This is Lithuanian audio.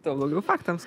tuo blogiau faktams